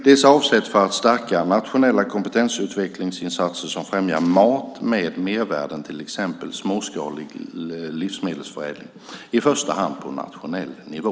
Dessa avsätts för att stärka nationella kompetensutvecklingsinsatser som främjar mat med mervärden, till exempel småskalig livsmedelsförädling, i första hand på nationell nivå.